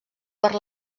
per